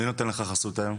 מי נותן לך חסות היום?